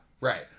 right